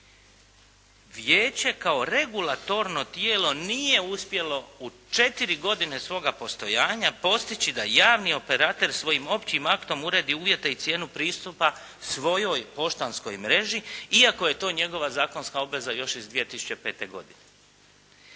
vijeće kao regulatorno tijelo nije uspjelo u četiri godine svoga postojanja postići da javni operater svojim općim aktom uredi uvjete i cijenu pristupa svojoj poštanskoj mreži iako je to njegova zakonska obveza još iz 2005. godine.